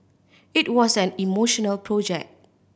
it was an emotional project